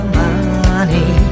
money